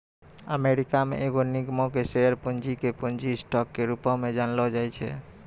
America मे एगो निगमो के शेयर पूंजी के पूंजी स्टॉक के रूपो मे जानलो जाय छै